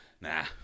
nah